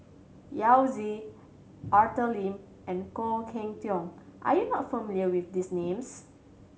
Yao Zi Arthur Lim and Khoo Cheng Tiong are you not familiar with these names